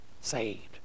saved